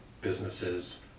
businesses